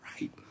right